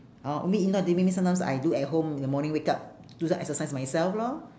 how maybe not doing sometimes I do at home in the morning wake up do some exercise myself lor